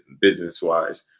business-wise